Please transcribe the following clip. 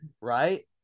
right